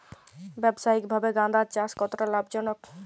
ব্যবসায়িকভাবে গাঁদার চাষ কতটা লাভজনক?